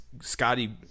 Scotty